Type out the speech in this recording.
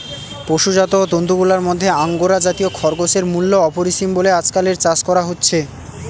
পশুজাত তন্তুগুলার মধ্যে আঙ্গোরা জাতীয় খরগোশের মূল্য অপরিসীম বলে আজকাল এর চাষ করা হচ্ছে